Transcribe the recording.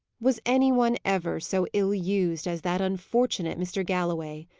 was any one ever so ill-used as that unfortunate mr. galloway?